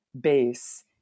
base